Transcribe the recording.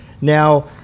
now